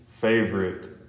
favorite